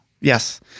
Yes